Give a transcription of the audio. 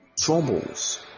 troubles